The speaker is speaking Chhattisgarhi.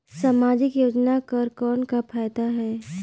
समाजिक योजना कर कौन का फायदा है?